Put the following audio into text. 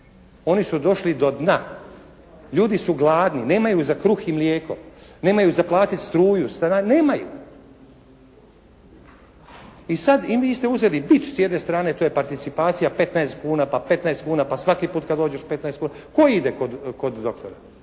Oni su došli do dna. Ljudi su gladni, nemaju za kruh i mlijeko. Nemaju za platiti struju, stanarinu, nemaju. I sad vi ste … /Govornik se ne razumije./ … s jedne strane, to je participacija 15 kuna pa 15 kuna pa svaki put kad dođeš 15 kuna. Tko ide kod doktora?